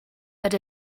but